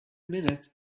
minute